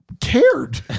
cared